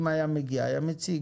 אם היה מגיע, היה מציג.